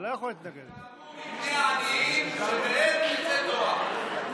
היזהרו בבני עניים, שמהם תצא תורה.